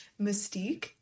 Mystique